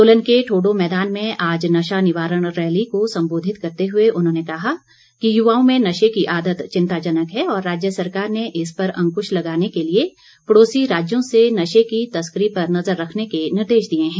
सोलन के ठोडो मैदान में आज नशा निवारण रैली को संबोधित करते हुए उन्होंने कहा कि युवाओं में नशे की आदत चिंताजनक है और राज्य सरकार ने इस पर अंकृश लगाने के लिए पड़ोसी राज्यों से नशे की तस्करी पर नज़र रखने के निर्देश दिए हैं